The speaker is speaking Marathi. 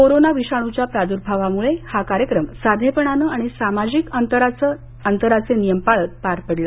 कोरोना विषाणूच्या प्राद्भावामूळे हा कार्यक्रम साधेपणाने आणि सामाजिक अंतराचे नियम पळत पार पडला